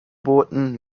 booten